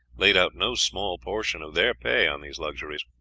laid out no small portion of their pay on these luxuries.